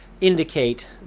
indicate